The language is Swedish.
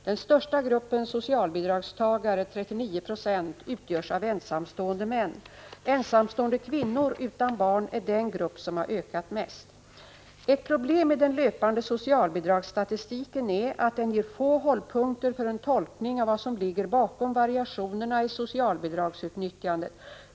Den största gruppen socialbidragstagare utgörs av Ett problem med den löpande socialbidragsstatistiken är at den gr åå: Z hållpunkter för en tolkning av vad som ligger bakom variationerna i socialbidragsutnyttjandet.